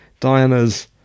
Diana's